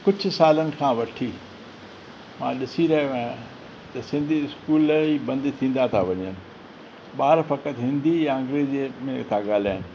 कुझु सालनि खां वठी मां ॾिसी रहियो आहियां त सिंधी स्कुल ई बंदि थींदा था वञनि ॿार फ़क़्ति हिंदी या अंग्रेज़ीअ में था ॻाल्हाइनि